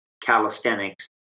calisthenics